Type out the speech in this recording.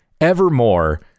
Evermore